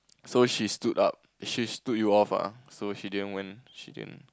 so she stood up she stood you off ah so she didn't went she didn't